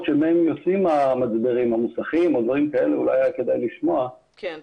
מהם יוצאים המצברים ואולי היה כדאי לשמוע אותם.